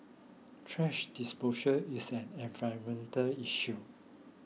thrash disposal is an environmental issue